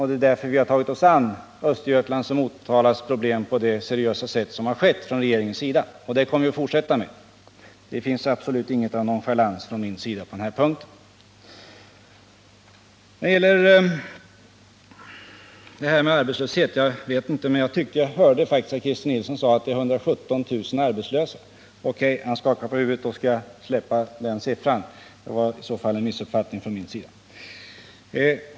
Det är därför vi har tagit oss an Östergötlands och Motalas problem på det seriösa sätt som regeringen gjort, och det kommer vi att fortsätta med. Det finns absolut inget av nonchalans från min sida på den här punkten. Beträffande arbetslösheten tyckte jag faktiskt att jag hörde Christer Nilsson säga att 117 000 personer är arbetslösa. Han skakar på huvudet. Då skall jag släppa den siffran — det var i så fall en missuppfattning från min sida.